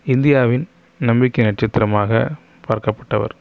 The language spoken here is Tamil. இந்தியாவின் நம்பிக்கை நட்சத்திரமாக பார்க்கப்பட்டவர்